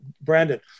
Brandon